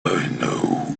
know